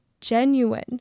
genuine